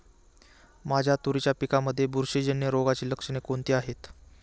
माझ्या तुरीच्या पिकामध्ये बुरशीजन्य रोगाची लक्षणे कोणती आहेत?